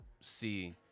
see